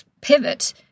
pivot